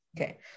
Okay